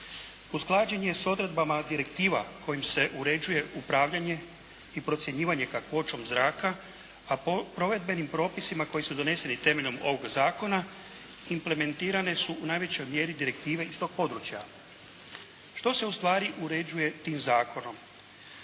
Usklađen je s odredbama direktiva kojima se uređuje upravljanje i procjenjivanje kakvoćom zraka a provedbenim propisima koji su doneseni temeljem ovog zakona implementirane su u najvećoj mjeri direktive iz tog područja. Što se ustvari uređuje tim zakonom?